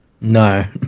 No